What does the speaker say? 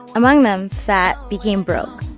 among them, fat became broke.